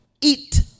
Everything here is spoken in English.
eat